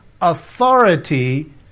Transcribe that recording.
authority